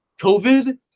COVID